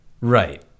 Right